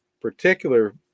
particular